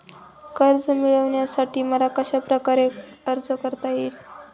कर्ज मिळविण्यासाठी मला कशाप्रकारे अर्ज करता येईल?